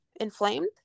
inflamed